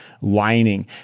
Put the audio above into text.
lining